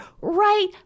right